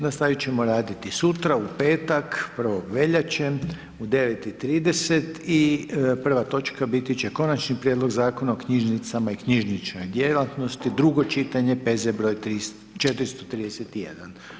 Nastaviti ćemo raditi sutra, u petak, 1. veljače u 9,30 i prva točka biti će Konačni prijedlog Zakona o knjižnicama i knjižnoj djelatnosti, drugo čitanje, P.Z. br. 431.